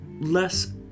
less